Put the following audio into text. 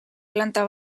planta